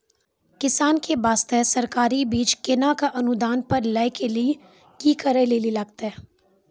किसान के बास्ते सरकारी बीज केना कऽ अनुदान पर लै के लिए की करै लेली लागतै?